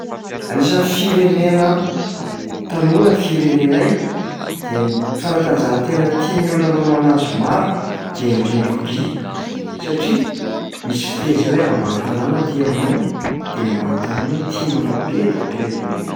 Anisan'ny firenana tanora ny firenenay dia- fanatanjahatena tian'ny olona manao anazy maro dia ny rugby satria misy fiteny izay hoe ambany tanàna aty aminay de ny ambany tanàna tia manao be da be an'io rugby io.